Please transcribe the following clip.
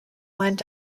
went